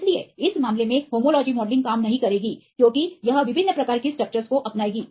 इसलिए इस मामले में होमोलॉजी मॉडलिंग काम नहीं करेगी क्योंकि यह विभिन्न प्रकार की स्ट्रक्चर्स को अपनाएगी